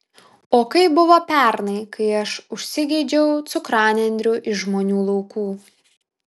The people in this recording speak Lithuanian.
o kaip buvo pernai kai aš užsigeidžiau cukranendrių iš žmonių laukų